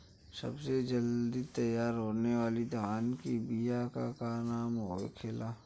सबसे जल्दी तैयार होने वाला धान के बिया का का नाम होखेला?